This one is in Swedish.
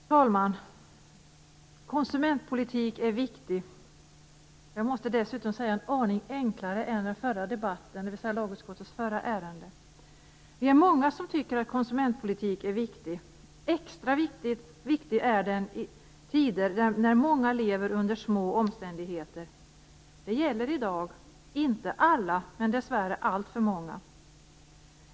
Fru talman! Konsumentpolitik är viktigt. Dessutom är det en aning enklare att hantera än lagutskottets förra ärende. Vi är många som tycker att konsumentpolitik är viktigt. Extra viktig är den i tider när många lever under små omständigheter. Det gäller i dag, inte för alla men dessvärre för alltför många.